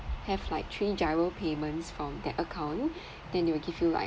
have like three GIRO payments from that account then they will give you like